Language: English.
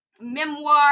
Memoir